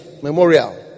Memorial